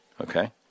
Okay